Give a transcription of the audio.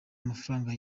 amafaranga